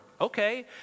Okay